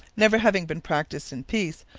never having been practised in peace,